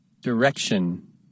Direction